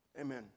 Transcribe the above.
Amen